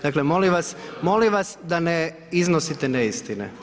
Dakle, molim vas, molim vas da ne iznosite neistine.